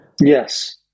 Yes